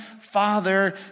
Father